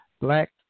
Black